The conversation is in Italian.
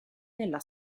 nella